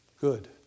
Good